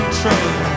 train